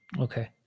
Okay